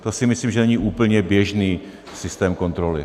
To si myslím, že není úplně běžný systém kontroly.